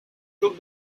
took